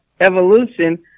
evolution